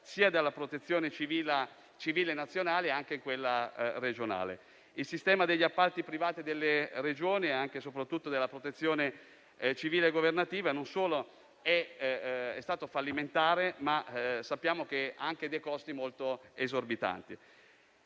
sia dalla Protezione civile nazionale che da quella regionale. Il sistema degli appalti privati delle Regioni e anche soprattutto della Protezione civile governativa non solo è stato fallimentare, ma sappiamo che ha avuto anche